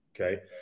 Okay